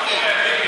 אל תקלקל.